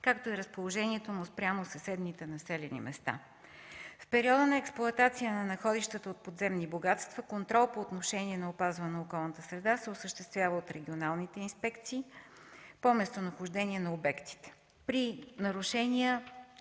както е разположението му спрямо съседните населени места. В периода на експлоатация на находищата от подземни богатства, контрол по отношение на опазване на околната среда се осъществява от регионалните инспекции по местонахождение на обектите. При нарушения